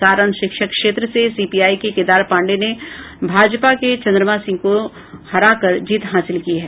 सारण शिक्षक क्षेत्र से सीपीआई के केदार पांडेय ने भाजपा के चन्द्रमा सिंह को हराकर जीत हासिल की है